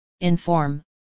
inform